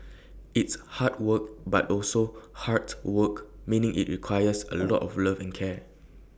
it's hard work but also 'heart' work meaning IT requires A lot of love and care